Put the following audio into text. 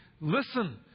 Listen